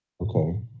okay